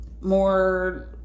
more